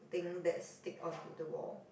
thing that stick onto the wall